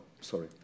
sorry